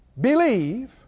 Believe